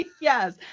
yes